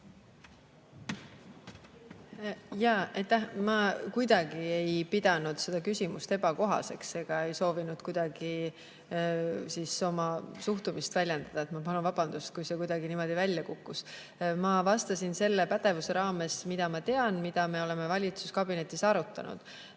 Ma kuidagi ei pidanud seda küsimust ebakohaseks ega soovinud kuidagi oma suhtumist väljendada. Ma palun vabandust, kui see kuidagi niimoodi välja kukkus. Ma vastasin selle pädevuse raames, mida ma tean, mida me oleme valitsuskabinetis arutanud.